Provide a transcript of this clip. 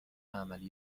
امن